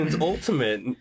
Ultimate